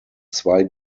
zwei